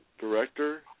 director